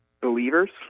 Believers